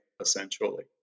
essentially